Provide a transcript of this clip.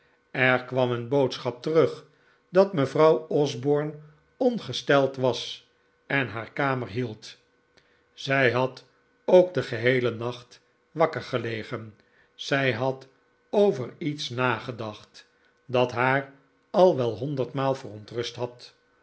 er kwam een boodschap terug dat mevrouw osborne ongesteld was en haar kamer hield zij had ook den geheelen nacht wakker gelegen zij had over iets nagedacht dat haar al wel honderdmaal verontrust had